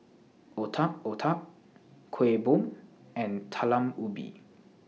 Otak Otak Kueh Bom and Talam Ubi